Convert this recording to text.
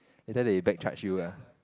later they back charge you ah